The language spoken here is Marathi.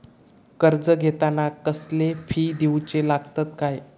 कर्ज घेताना कसले फी दिऊचे लागतत काय?